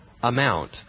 amount